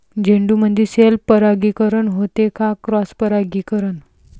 झेंडूमंदी सेल्फ परागीकरन होते का क्रॉस परागीकरन?